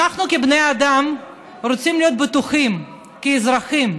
אנחנו כבני אדם רוצים להיות בטוחים, כאזרחים,